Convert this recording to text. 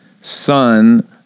son